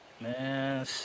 man